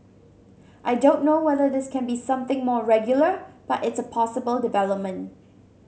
I don't know whether this can be something more regular but it's a possible development